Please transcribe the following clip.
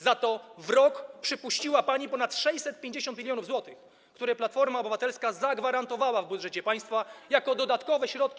Za to w rok przepuściła pani ponad 650 mln zł, które Platforma Obywatelska zagwarantowała w budżecie państwa jako dodatkowe środki.